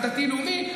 הדתי-לאומי,